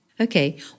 Okay